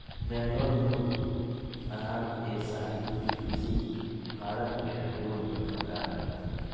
Bangalore blue, Anab e Shahi, Dilkhushi Bharat में अंगूर के प्रकार हय